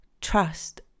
Trust